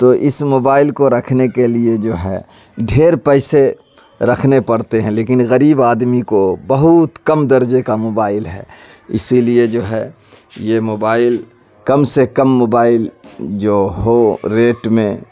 تو اس موبائل کو رکھنے کے لیے جو ہے ڈھیر پیسے رکھنے پڑتے ہیں لیکن غریب آدمی کو بہت کم درجے کا موبائل ہے اسی لیے جو ہے یہ موبائل کم سے کم موبائل جو ہو ریٹ میں